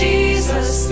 Jesus